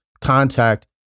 contact